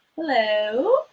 Hello